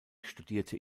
studierte